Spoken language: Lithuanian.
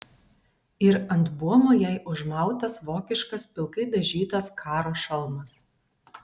ir ant buomo jai užmautas vokiškas pilkai dažytas karo šalmas